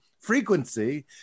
frequency